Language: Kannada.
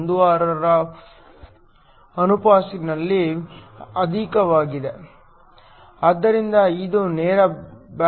16 ರ ಆಸುಪಾಸಿನಲ್ಲಿ ಅಧಿಕವಾಗಿದೆ